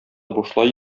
бушлай